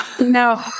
No